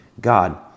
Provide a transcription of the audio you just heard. God